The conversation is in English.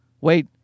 Wait